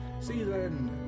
Season